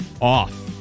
off